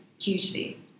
hugely